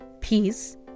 peace